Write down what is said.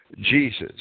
Jesus